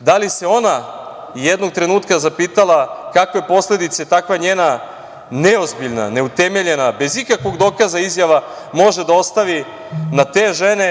da li se ona i jednog trenutka zapitala kakve posledice takva njena neozbiljna, neutemeljena, bez ikakvog dokaza, izjava, može da ostavi na te žene,